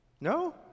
No